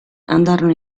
andarono